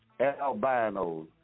albinos